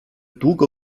długo